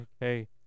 hey